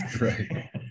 Right